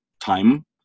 time